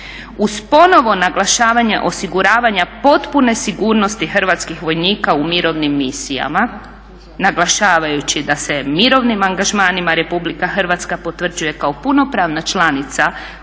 uz ponovno naglašavanje osiguravanja potpune sigurnosti hrvatskih vojnika u mirovnim misijama naglašavajući da se mirovnim angažmanima RH potvrđuje kao punopravna članica